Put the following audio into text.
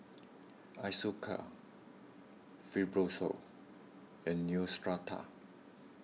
Isocal Fibrosol and Neostrata